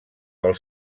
pel